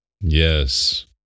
Yes